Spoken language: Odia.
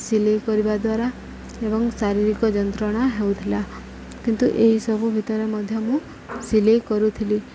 ସିଲେଇ କରିବା ଦ୍ୱାରା ଏବଂ ଶାରୀରିକ ଯନ୍ତ୍ରଣା ହେଉଥିଲା କିନ୍ତୁ ଏହିସବୁ ଭିତରେ ମଧ୍ୟ ମୁଁ ସିଲେଇ କରୁଥିଲି